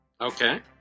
Okay